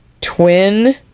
twin